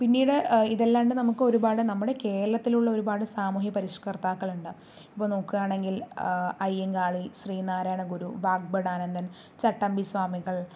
പിന്നീട് ഇതല്ലാണ്ട് നമുക്ക് ഒരുപാട് നമ്മുടെ കേരളത്തിൽ ഉള്ള ഒരുപാട് സാമൂഹിക പരിഷ്കർത്താക്കളുണ്ട് അപ്പൊ നോക്കുവണെങ്കിൽ അയ്യൻകാളി ശ്രീനാരായണ ഗുരു വാക്പാടാനന്ദൻ ചട്ടമ്പി സ്വാമികൾ